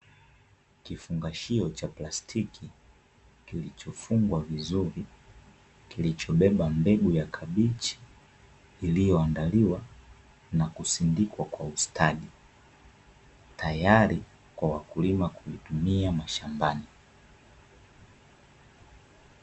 Kifungashio cha plastiki, kilichofungwa vizuri, kilichobeba mbegu ya kabichi iliyoandaliwa, na kusindikwa kwa ustadi, tayari Kwa wakulima kuitumia mashambani.